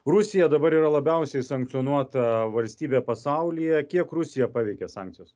rusija dabar yra labiausiai sankcionuota valstybė pasaulyje kiek rusiją paveikė sankcijos